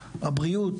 הבריאות,